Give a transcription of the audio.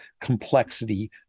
complexity